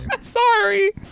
Sorry